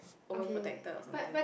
over protected or something